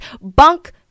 bunk